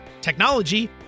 technology